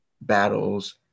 battles